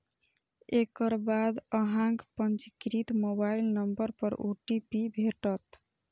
एकर बाद अहांक पंजीकृत मोबाइल नंबर पर ओ.टी.पी भेटत